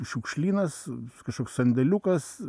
šiukšlynas kažkoks sandėliukas